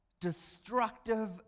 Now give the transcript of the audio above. destructive